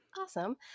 awesome